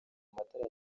matara